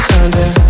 Sunday